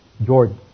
Jordan